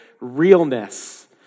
realness